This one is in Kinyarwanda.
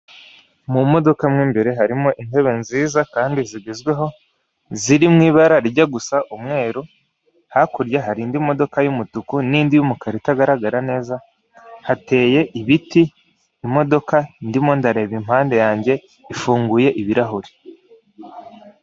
Mu modoko mu imbere harimo intebe nziza kandi zigezweho ziri mu ibara rijya gusa umweru, hakurya hari indi modoka y'umutuku n'indi y'umukara itagaragara neza hateye ibiti, imodoka ndimo ndareba impande yanjye ifunguye ibirahure.